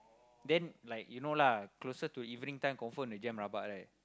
then like you know lah closer to evening time confirm the jam rabak right